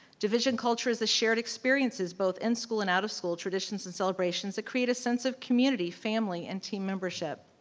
division culture is the shared experiences, both in school and out of school traditions and celebrations that create a sense of community, family and team membership.